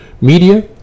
Media